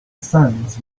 sands